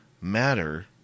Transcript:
matter